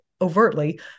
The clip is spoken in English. overtly